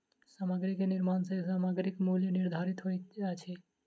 सामग्री के निर्माण सॅ सामग्रीक मूल्य निर्धारित होइत अछि